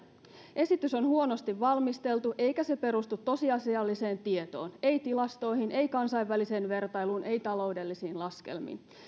esitys on huonosti valmisteltu eikä se perustu tosiasialliseen tietoon ei tilastoihin ei kansainväliseen vertailuun ei taloudellisiin laskelmiin